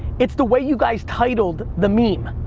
it's the way you guys titled the meme.